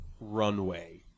runway